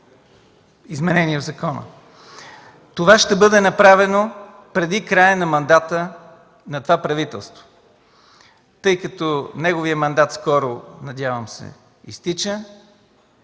Това ще бъде направено преди края на мандата на това правителство. Тъй като неговият мандат, скоро, надявам се, изтича,